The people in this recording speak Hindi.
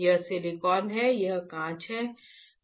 यह सिलिकॉन है यह कांच है